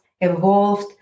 evolved